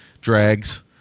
drags